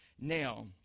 Now